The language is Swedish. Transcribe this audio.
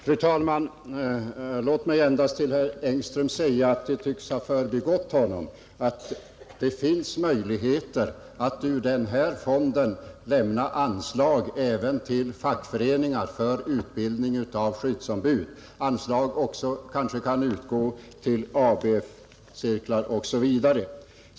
Fru talman! Det tycks ha förbigått herr Engström att det finns möjlighet att ur den här fonden lämna anslag även till fackföreningar för utbildning av skyddsombud. Kanske anslag kan utgå även till ABF-cirklar osv.